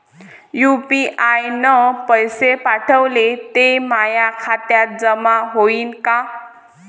UPI न पैसे पाठवले, ते माया खात्यात जमा होईन का?